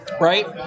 Right